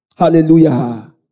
hallelujah